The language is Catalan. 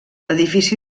edifici